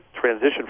transition